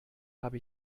habe